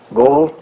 goal